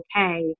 okay